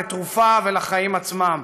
לתרופה ולחיים עצמם.